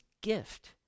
gift